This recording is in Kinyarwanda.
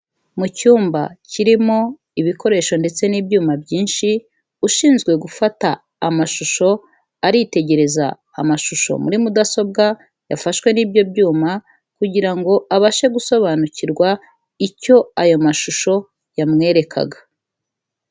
Mu cyumba kirimo ibikoresho ndetse n'ibyuma byinshi, ushinzwe gufata amashusho aritegereza amashusho muri mudasobwa yafashwe n'ibyo byuma kugira ngo abashe gusobanukirwa icyo ayo mashusho yamwerekaga.